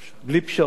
בלי פשרות,